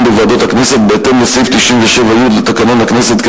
בוועדות הכנסת בהתאם לסעיף 97י לתקנון הכנסת,